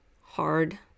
hard